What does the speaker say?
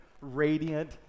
radiant